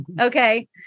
Okay